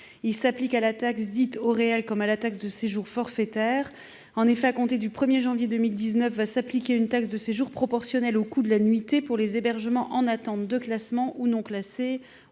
s'applique à la taxe dite « au réel » comme à la taxe de séjour forfaitaire. À compter du 1 janvier 2019 s'appliquera une taxe de séjour proportionnelle au coût de la nuitée pour les hébergements en attente de classement ou non classés,